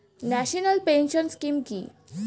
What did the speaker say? National pension scheme কি?